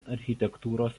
architektūros